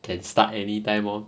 can start anytime orh